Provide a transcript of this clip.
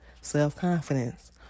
self-confidence